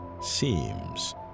seems